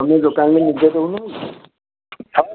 ତୁମ ଦୋକାନରେ ଲୁଗା ସବୁ ମିଳେ